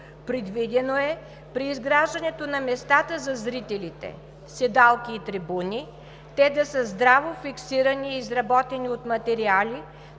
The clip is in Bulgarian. Предвидено е при изграждането на местата за зрителите – седалки и трибуни, те да са здраво фиксирани и изработени от материали,